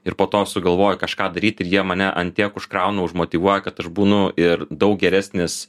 ir po to sugalvoju kažką daryt ir jie mane ant tiek užkrauna už motyvuoja kad aš būnu ir daug geresnis